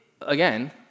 again